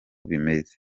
bimeze